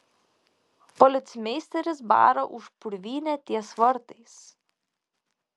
policmeisteris bara už purvynę ties vartais